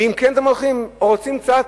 ואם אתם כן הולכים, או רוצים קצת,